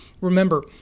Remember